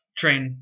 train